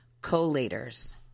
collators